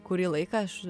kurį laiką aš